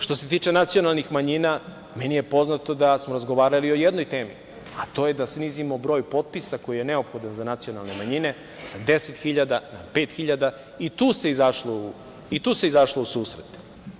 Što se tiče nacionalnih manjina, meni je poznato da smo razgovarali o jednoj temi, a to je da snizimo broj potpisa koji je neophodan za nacionalne manjine sa 10 hiljada na pet hiljada i tu se izašlo u susret.